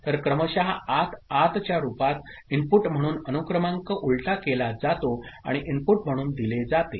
तर क्रमशः आत आत च्या रूपात इनपुट म्हणून अनुक्रमांक उलटा केला जातो आणि इनपुट म्हणून दिले जाते